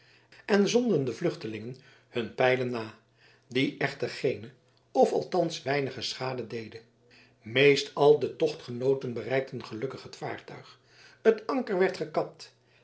en zonden den vluchtelingen hun pijlen na die echter geene of althans weinige schade deden meest al de tochtgenooten bereikten gelukkig het vaartuig het anker werd gekapt